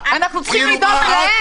אנחנו צריכים לדאוג להם.